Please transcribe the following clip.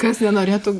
kas nenorėtų